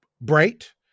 bright